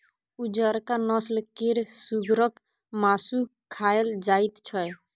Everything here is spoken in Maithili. उजरका नस्ल केर सुगरक मासु खाएल जाइत छै